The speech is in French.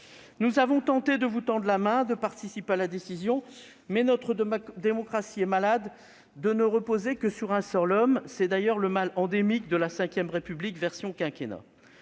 Nous avons tenté de vous tendre la main, de participer à la décision, mais notre démocratie est malade de ne reposer que sur un homme seul. C'est d'ailleurs le mal endémique de la V République, dans sa version « quinquennat